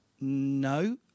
No